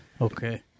Okay